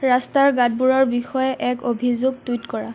ৰাস্তাৰ গাঁতবোৰৰ বিষয়ে এক অভিযোগ টুইট কৰা